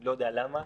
לא יודע למה,